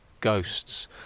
ghosts